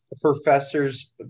professors